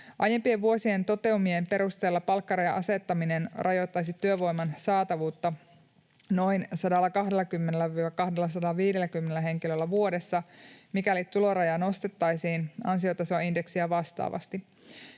Aiempien vuosien toteumien perusteella palkkarajan asettaminen rajoittaisi työvoiman saatavuutta noin 120—250 henkilöllä vuodessa, mikäli tulorajaa nostettaisiin ansiotasoindeksiä vastaavasti.